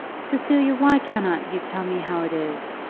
cecilia, why cannot you tell me how it is?